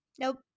Nope